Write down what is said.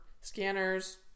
Scanners